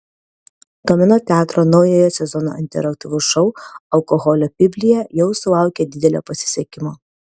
domino teatro naujojo sezono interaktyvus šou alkoholio biblija jau sulaukė didelio pasisekimo